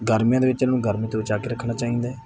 ਗਰਮੀਆਂ ਦੇ ਵਿੱਚ ਇਹਨੂੰ ਗਰਮੀ ਤੋਂ ਬਚਾ ਕੇ ਰੱਖਣਾ ਚਾਹੀਦਾ